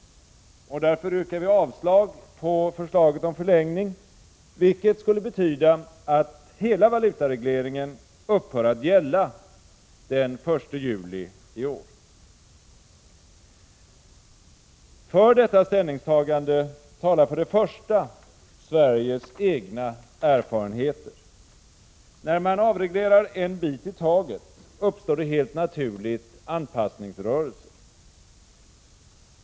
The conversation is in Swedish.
Därför yrkar vi avslag på förslaget om förlängning, vilket skulle betyda att hela valutaregleringen upphör att gälla den 1 juli i år. För detta ställningstagande talar för det första Sveriges egna erfarenheter. När man avreglerar en bit i taget, uppstår det helt naturligt anpassningsrörelser.